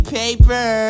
paper